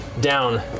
down